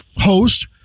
host